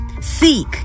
Seek